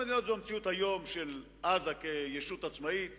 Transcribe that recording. המדינות יודעות להטיל סנקציות בצורה,